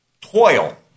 toil